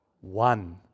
one